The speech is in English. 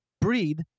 breed